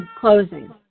Closing